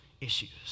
issues